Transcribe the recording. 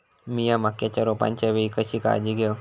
मीया मक्याच्या रोपाच्या वेळी कशी काळजी घेव?